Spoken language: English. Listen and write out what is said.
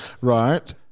right